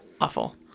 Awful